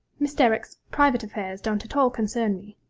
miss derrick's private affairs don't at all concern me.